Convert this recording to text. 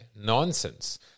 nonsense